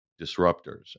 disruptors